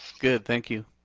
good thank you.